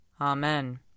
Amen